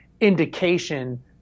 indication